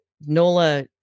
Nola